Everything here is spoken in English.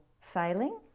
failing